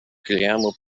guillermo